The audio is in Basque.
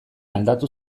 aldatu